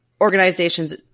organizations